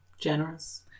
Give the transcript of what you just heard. Generous